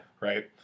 Right